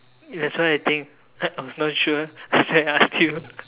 that's why I think I was not sure that's why I asked you